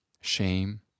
shame